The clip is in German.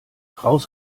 raus